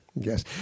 Yes